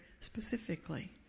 specifically